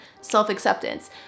Self-acceptance